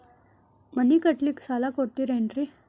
ಮನಿ ಕಟ್ಲಿಕ್ಕ ಸಾಲ ಕೊಡ್ತಾರೇನ್ರಿ?